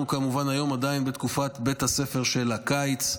אנחנו כמובן היום עדיין בתקופת בית הספר של הקיץ,